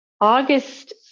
August